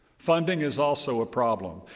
funding is also a problem.